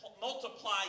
multiply